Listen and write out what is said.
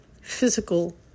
physical